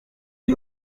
cyo